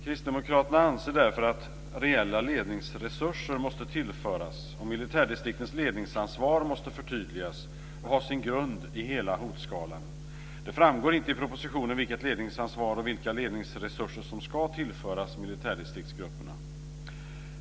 Kristdemokraterna anser därför att reella ledningsresurser måste tillföras och att militärdistriktens ledningsansvar måste förtydligas och ha sin grund i hela hotskalan. Det framgår inte i propositionen vilket ledningsansvar och vilka ledningsresurser som ska tillföras militärdistriktsgrupperna.